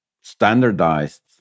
standardized